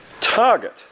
target